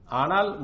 anal